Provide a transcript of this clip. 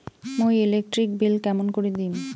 মুই electric bill কেমন করি দিম?